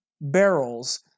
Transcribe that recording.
barrels